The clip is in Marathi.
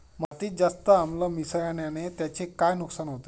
मातीत जास्त आम्ल मिसळण्याने त्याचे काय नुकसान होते?